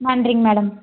நன்றிங்க மேடம்